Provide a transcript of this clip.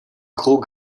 gros